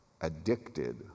addicted